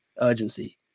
urgency